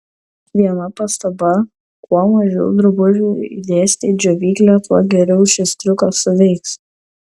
viena pastaba kuo mažiau drabužių įdėsite į džiovyklę tuo geriau šis triukas suveiks